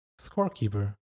Scorekeeper